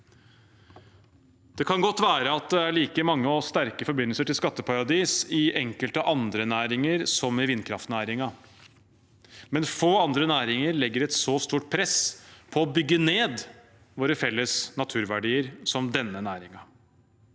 Det kan godt være at det er like mange og sterke forbindelser til skatteparadiser i enkelte andre næringer som i vindkraftnæringen, men få andre næringer legger et så stort press på å bygge ned våre felles naturverdier som denne næringen.